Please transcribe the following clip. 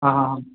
हां हां हां